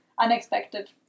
unexpected